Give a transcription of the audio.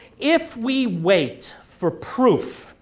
if we wait for proof.